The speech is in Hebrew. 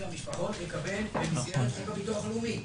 והמשפחות לקבל במסגרת חוק הביטוח הלאומי.